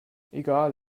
egal